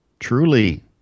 truly